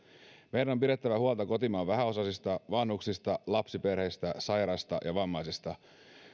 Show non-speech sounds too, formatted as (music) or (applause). meidän on pidettävä huolta kotimaan vähäosaisista vanhuksista lapsiperheistä sairaista ja vammaisista (unintelligible)